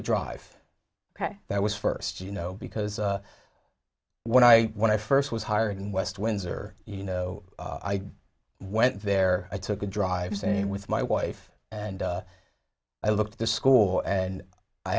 a drive that was first you know because when i when i first was hired in west windsor you know i went there i took a drive same with my wife and i looked at the school and i